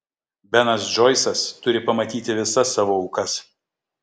benas džoisas turi pamatyti visas savo aukas